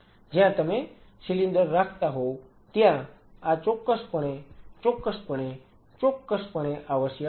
જ્યાં તમે સિલિન્ડર રાખતા હોવ ત્યાં આ ચોક્કસપણે ચોક્કસપણે ચોક્કસપણે આવશ્યક છે